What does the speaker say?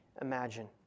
imagine